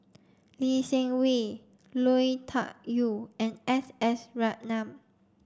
Lee Seng Wee Lui Tuck Yew and S S Ratnam